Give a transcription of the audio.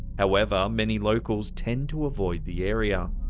however many locals tend to avoid the area.